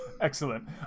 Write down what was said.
Excellent